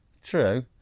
True